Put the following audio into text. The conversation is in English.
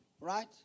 right